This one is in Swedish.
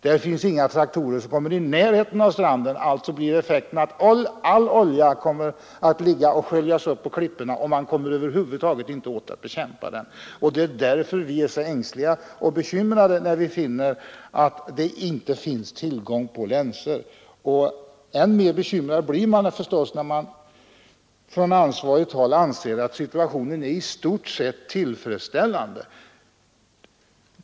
Där tar sig inga traktorer ned i närheten av stranden. Alltså blir effekten att all olja kommer att sköljas upp på klipporna, och man kommer över huvud taget inte åt att bekämpa den. Det är därför som vi är så ängsliga när vi märker att det inte finns tillgång till länsor. Än mer bekymrade blir vi förstås när man från ansvarigt håll anser att situationen är i stort sett tillfredsställande.